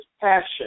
passion